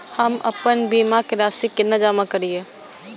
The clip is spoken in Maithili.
हम आपन बीमा के राशि केना जमा करिए?